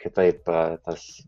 kitaip tas